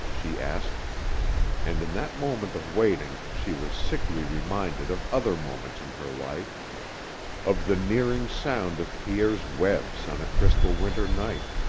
she asked and in that moment of waiting she was sickly reminded of other moments in her life of the nearing sound of pierre's webs on a crystal winter night,